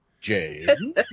Jane